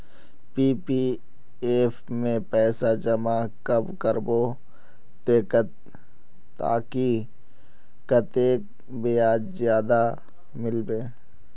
PPF में पैसा जमा कब करबो ते ताकि कतेक ब्याज ज्यादा मिलबे?